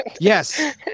yes